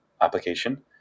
application